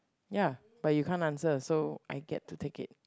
ya but you can't answer so I get to take it